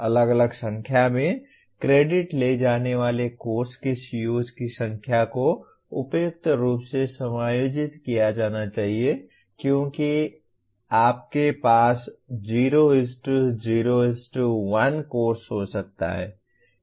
अलग अलग संख्या में क्रेडिट ले जाने वाले कोर्स के COs की संख्या को उपयुक्त रूप से समायोजित किया जाना चाहिए क्योंकि आपके पास 0 0 1 कोर्स हो सकता है